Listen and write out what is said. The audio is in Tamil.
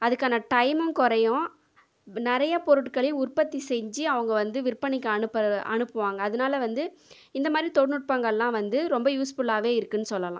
அதுக்கான டைமும் குறையும் நிறையா பொருட்களை உற்பத்தி செஞ்சு அவங்க வந்து விற்பனைக்கு அனுப்புகிற அனுப்புவாங்க அதனால் வந்து இந்த மாதிரி தொழில்நுட்பங்கள்லாம் வந்து ரொம்ப யூஸ்ஃபுல்லாகவே இருக்குதுன்னு சொல்லலாம்